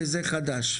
וזה חדש"?